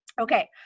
Okay